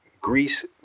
Greece